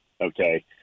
Okay